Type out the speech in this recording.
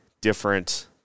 different